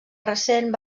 recent